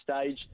stage